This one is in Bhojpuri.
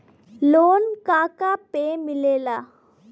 लोन का का पे मिलेला?